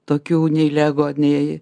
tokių nei lego nei